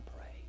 pray